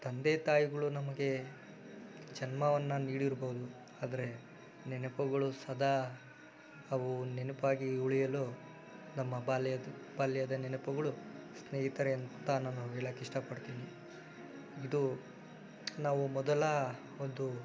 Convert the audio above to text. ತಂದೆ ತಾಯಿಗಳು ನಮಗೆ ಜನ್ಮವನ್ನು ನೀಡಿರ್ಬೋದು ಆದರೆ ನೆನಪುಗಳು ಸದಾ ಅವು ನೆನಪಾಗಿ ಉಳಿಯಲು ನಮ್ಮ ಬಾಲ್ಯದ ಬಾಲ್ಯದ ನೆನಪುಗಳು ಸ್ನೇಹಿತರೇ ಅಂತ ನಾನು ಹೇಳೋಕೆ ಇಷ್ಟಪಡ್ತೀನಿ ಇದು ನಾವು ಮೊದಲ ಒಂದು